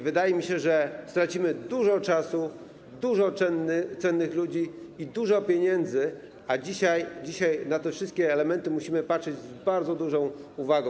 Wydaje mi się, że stracimy dużo czasu, dużo cennych ludzi i dużo pieniędzy, a dzisiaj na te wszystkie elementy musimy patrzeć z bardzo dużą uwagą.